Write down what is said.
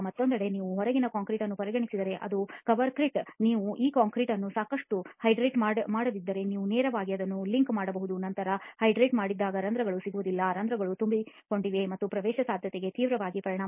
ಮತ್ತೊಂದೆಡೆ ನೀವು ಹೊರಗಿನ ಕಾಂಕ್ರೀಟ್ ಅನ್ನು ಪರಿಗಣಿಸಿದರೆ ಅದು ಕವರ್ ಕ್ರೀಟ್ ನೀcವು ಈ ಕಾಂಕ್ರೀಟ್ ಅನ್ನು ಸಾಕಷ್ಟು ಹೈಡ್ರೇಟ್ ಮಾಡದಿದ್ದರೆ ನೀವು ನೇರವಾಗಿ ಅದನ್ನು ನೇರವಾಗಿ ಲಿಂಕ್ಮಾಡಬಹುದು ನಂತರ ನೀವು ಹೈಡ್ರೇಟ್ ಮಾಡದಿದ್ದಾಗ ರಂಧ್ರಗಳು ಸಿಗುವುದಿಲ್ಲ ರಂಧ್ರಗಳು ತುಂಬದಿದ್ದರೆ ನಿಮ್ಮ ಪ್ರವೇಶಸಾಧ್ಯತೆಯು ತೀವ್ರವಾಗಿ ಪರಿಣಾಮ ಬೀರುತ್ತದೆ